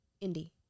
Indy